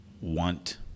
want